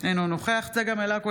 אינו נוכח צגה מלקו,